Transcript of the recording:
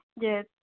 Yes